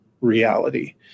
reality